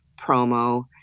promo